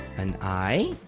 an eye.